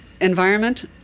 environment